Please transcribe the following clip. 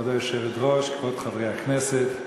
כבוד היושבת-ראש, כבוד חברי הכנסת,